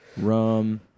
rum